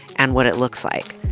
and what it looks like.